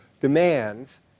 demands